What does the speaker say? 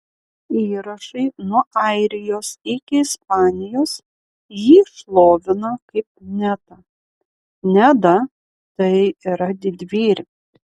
įrašai nuo airijos iki ispanijos jį šlovina kaip netą nedą tai yra didvyrį